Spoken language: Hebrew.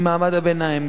ממעמד הביניים,